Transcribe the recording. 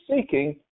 seeking